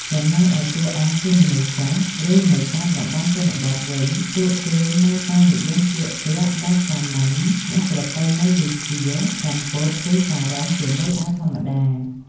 ចំណែកឯតួអង្គជាមនុស្សចាស់ ឬនៅតាមតំបន់ជនបទវិញ ពួកគេនៅតែនិយមស្លៀកពាក់បែបសាមញ្ញ និងប្រពៃណីដូចជា សំពត់ ឬសារុងជាមួយអាវធម្មតា។